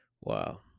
Wow